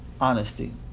honesty